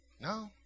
No